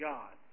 God